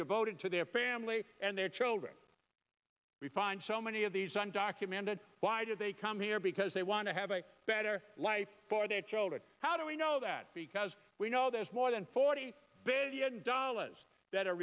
devoted to their family and their children we find so many of these undocumented why do they come here because they want to have a better life for their children how do we know that because we know there's more than forty billion dollars that are